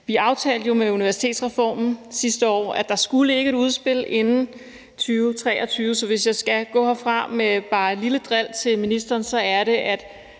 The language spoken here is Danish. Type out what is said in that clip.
Vi aftalte jo med universitetsreformen sidste år, at der skulle ligge et udspil inden 2023, så hvis jeg skal gå herfra med bare et lille dril til ministeren, så er det, at